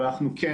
אבל אנחנו כן